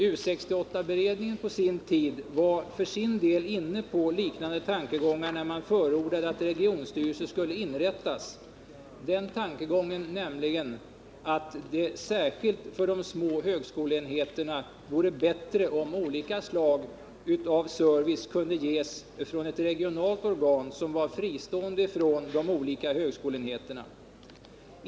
U 68-beredningen var för sin del inne på liknande tankegångar när den förordade att regionstyrelser skulle inrättas, nämligen att det särskilt för de små högskoleenheterna vore bättre om olika slag av service kunde ges från ett regionalt organ som var fristående från de olika högskoleenheterna.